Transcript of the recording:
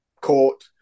court